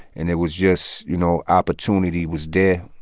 and it was just you know, opportunity was there.